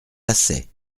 passais